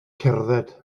cerdded